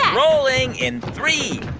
rolling in three,